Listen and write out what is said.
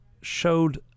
showed